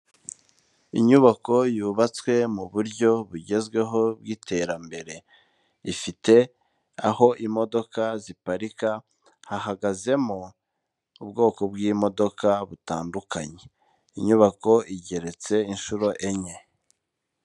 Inyubako yubatswe mu buryo bugezweho bw'iterambere. Ifite aho imodoka ziparika, hahagazemo ubwoko bw'imodoka butandukanye. Inyubako igeretse inshuro enye.